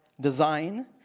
design